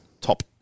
top